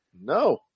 No